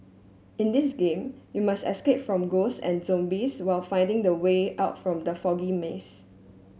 in this game you must escape from ghosts and zombies while finding the way out from the foggy maze